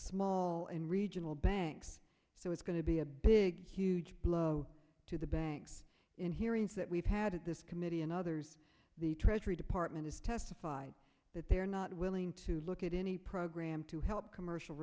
small and regional banks so it's going to be a big huge blow to the banks in hearings that we've had this committee and others the treasury department has testified that they're not willing to look at any program to help commercial